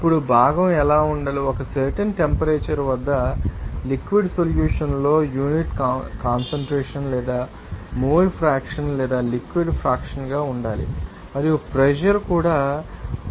ఇప్పుడు భాగం ఎలా ఉండాలి ఒక సర్టెన్ టెంపరేచర్ వద్ద లిక్విడ్ సొల్యూషన్ లో యూనిట్ కాన్సంట్రేషన్ లేదా మోల్ ఫ్రాక్షన్ లేదా లిక్విడ్ ఫ్రాక్షన్ గా ఉండాలి మరియు ప్రెషర్ కూడా ఉండాలి